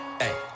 hey